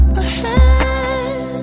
ahead